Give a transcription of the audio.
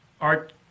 Art